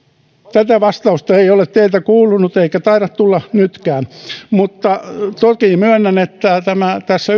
tätä vastausta ei ole teiltä kuulunut eikä taida tulla nytkään mutta toki myönnän että tässä